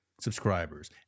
subscribers